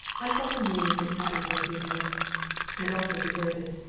i felt amused and happy for a few minutes and also deserted.